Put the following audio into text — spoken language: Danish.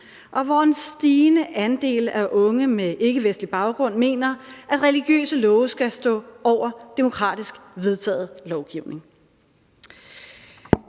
og hvor en stigende andel af unge med ikkevestlig baggrund mener, at religiøse love skal stå over demokratisk vedtaget lovgivning.